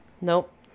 Nope